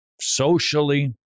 socially